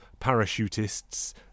parachutists